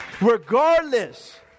regardless